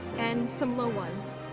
and some low ones.